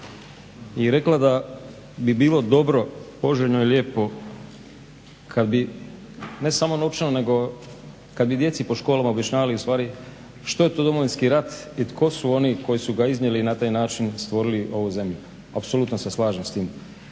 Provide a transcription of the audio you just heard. je rekla da bi bilo dobro, poželjno i lijepo kada bi ne samo novčano nego kada bi djeci po školama objašnjavali ustvari što je to Domovinski rat i tko su oni koji su ga iznijeli na taj način i stvorili ovu zemlju. Apsolutno se slažem s tim.